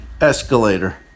escalator